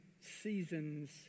seasons